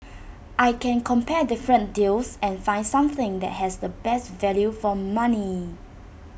I can compare different deals and find something that has the best value for money